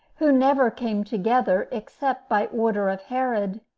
who never came together except by order of herod,